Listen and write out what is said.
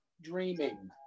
dreaming